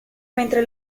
mentre